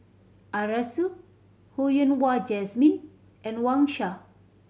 Arasu Ho Yen Wah Jesmine and Wang Sha